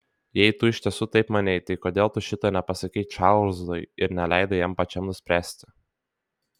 jei tu iš tiesų taip manei tai kodėl tu šito nepasakei čarlzui ir neleidai jam pačiam nuspręsti